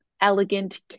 elegant